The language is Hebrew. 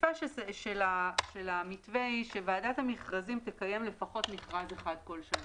השאיפה של המתווה היא שוועדת המכרזים תקיים לפחות מכרז אחד בכל שנה,